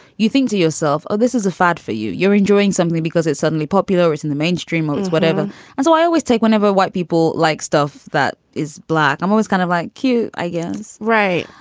you think to yourself, oh, this is a fad for you. you're enjoying something because it's suddenly popular, is in the mainstream movies, whatever. and so i always take whenever white people like stuff that is black. i'm always kind of like cute, i guess. right.